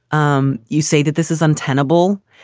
um you say that this is untenable.